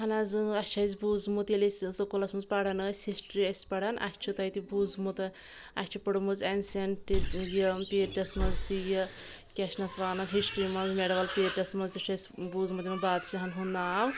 اہن حظ اۭں اسہِ چھِ اسہِ بوٗزمُت ییٚلہِ أسۍ سکوٗلس منٛز پران ٲسۍ ہِشٹری ٲسۍ پران اسہِ چھُ تَتہِ بوٗزمُت اسہِ چھِ پٔرمٕژ اینسیٚنٹ یہِ پیٖرڈس منٛز تہِ یہِ کیاہ چھِ نَتھ وَنان ہِشٹری منٛز میڈیٖوَل پیٖرڈس منٛز تہِ چھُ اسہِ بوٗزمُت یِمن بادشاہن ہُنٛد ناو